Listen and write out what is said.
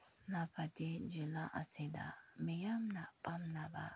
ꯁꯦꯅꯥꯄꯇꯤ ꯖꯤꯜꯂꯥ ꯑꯁꯤꯗ ꯃꯤꯌꯥꯝꯅ ꯄꯥꯝꯅꯕ